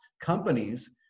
companies